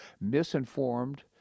misinformed